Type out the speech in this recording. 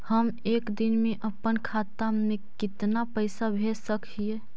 हम एक दिन में अपन खाता से कितना पैसा भेज सक हिय?